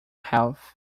health